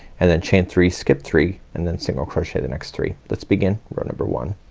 and then chain three, skip three, and then single crochet the next three. let's begin row number one.